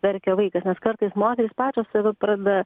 verkia vaikas nes kartais moterys pačios save pradeda